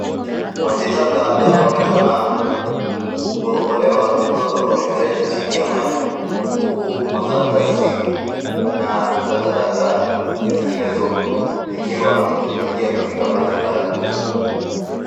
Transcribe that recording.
Maji taka yanaonekana kuokolewa kutoka kwa mifereji chini ya maji huku makaratasi na takataka zinginezo zikiwa zimeingia katika maji haya.